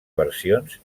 versions